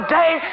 day